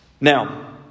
Now